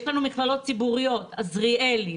יש לנו מכללות ציבוריות עזריאלי,